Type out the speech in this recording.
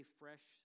fresh